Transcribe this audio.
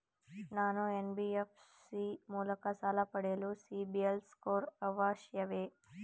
ನಾನು ಎನ್.ಬಿ.ಎಫ್.ಸಿ ಮೂಲಕ ಸಾಲ ಪಡೆಯಲು ಸಿಬಿಲ್ ಸ್ಕೋರ್ ಅವಶ್ಯವೇ?